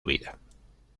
vida